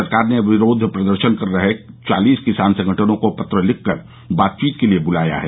सरकार ने विरोध प्रदर्शन कर रहे चालीस किसान संगठनों को पत्र लिखकर बातचीत के लिए बुलाया है